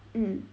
mm